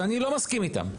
שאני לא מסכים איתן.